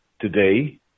today